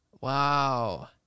Wow